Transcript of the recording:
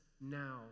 now